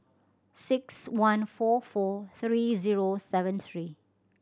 six one four four three zero seven three